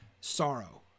sorrow